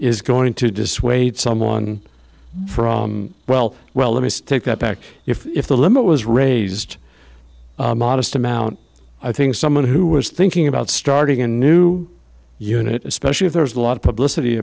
is going to dissuade someone from well well let me take that back if the limit was raised modest amount i think someone who was thinking about starting a new unit especially if there's a lot of publicity